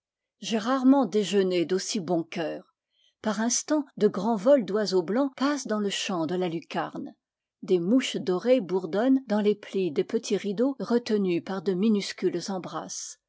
j'ai rarement déjeuné d'aussi bon cœur par instants de grands vols d'oiseaux blancs passent dans le champ de la lucarne des mouches dorées bourdonnent dans les plis des petits rideaux retenus par de minuscules embrasses